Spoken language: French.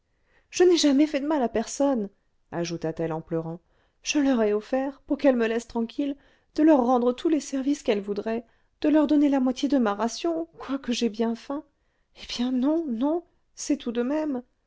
je n'ai jamais fait de mal à personne ajouta-t-elle en pleurant je leur ai offert pour qu'elles me laissent tranquille de leur rendre tous les services qu'elles voudraient de leur donner la moitié de ma ration quoique j'aie bien faim eh bien non non c'est tout de même